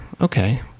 okay